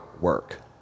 work